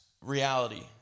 reality